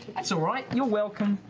and so right. you're welcome.